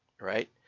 right